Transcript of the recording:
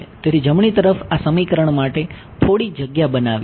તેથી જમણી તરફ આ સમીકરણ માટે થોડી જગ્યા બનાવીએ